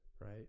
Right